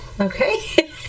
Okay